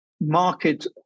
market